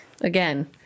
Again